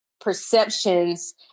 perceptions